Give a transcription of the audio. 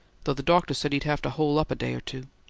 though the doctor said he'd have to hole up a day or two.